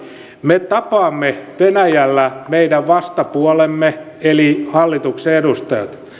me tapaamme venäjällä meidän vastapuolemme eli hallituksen edustajat